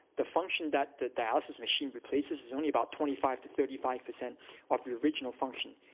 the function that the dialysis machine replaces is only about twenty five to thirty five percent of your original function.